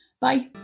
Bye